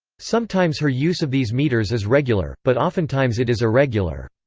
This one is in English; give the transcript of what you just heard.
sometimes her use of these meters is regular, but oftentimes it is irregular.